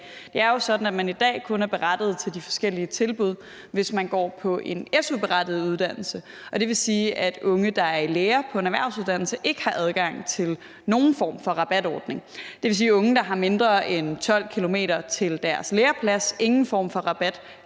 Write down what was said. Det er jo sådan, at man i dag kun er berettiget til de forskellige tilbud, hvis man går på en su-berettiget uddannelse. Det vil sige, at unge, der er i lære på en erhvervsuddannelse, ikke har adgang til nogen form for rabatordning. Det vil sige, at unge, der har mindre end 12 km til deres læreplads, ingen form for rabat